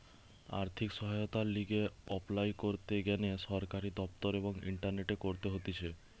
আর্থিক সহায়তার লিগে এপলাই করতে গ্যানে সরকারি দপ্তর এবং ইন্টারনেটে করতে হতিছে